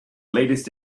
latest